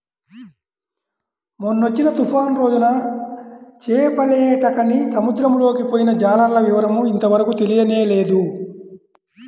మొన్నొచ్చిన తుఫాను రోజున చేపలేటకని సముద్రంలోకి పొయ్యిన జాలర్ల వివరం ఇంతవరకు తెలియనేలేదు